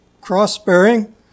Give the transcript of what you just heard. cross-bearing